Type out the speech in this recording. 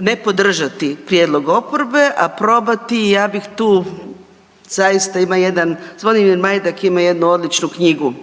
ne podržati prijedlog oporbe, a probati ja bih tu zaista ima jedan, Zvonimir Majdak ima jednu odlučnu knjigu